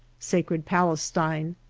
sacred pales tine.